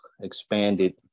expanded